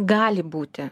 gali būti